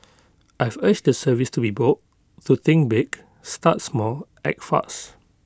I've urged the service to be bold to think big start small act fast